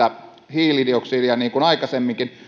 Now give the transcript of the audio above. hiilidioksidia niin kuin aikaisemminkin